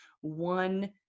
one